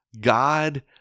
God